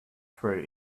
fruit